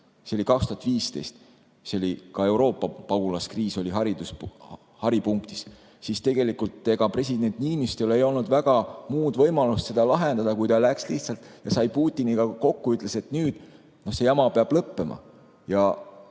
see oli 2015, kui ka Euroopa pagulaskriis oli haripunktis, siis tegelikult ega president Niinistöl ei olnud väga muud võimalust seda lahendada. Ta läks lihtsalt, sai Putiniga kokku ja ütles, et nüüd see jama peab lõppema.